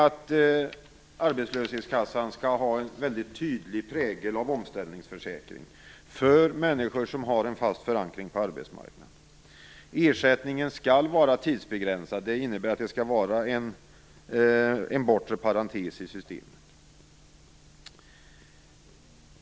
Arbetslöshetskassan skall ha en tydlig prägel av omställningsförsäkring för människor som har en fast förankring på arbetsmarknaden. Ersättningen skall vara tidsbegränsad. Det innebär att det skall finnas en bortre parentes i systemet.